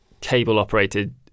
cable-operated